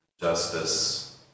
justice